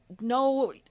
no